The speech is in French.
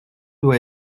doit